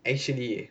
actually